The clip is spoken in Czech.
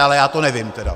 Ale já to nevím teda.